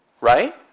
Right